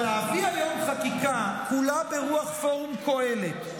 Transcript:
אבל להביא היום חקיקה, כולה ברוח פורום קהלת,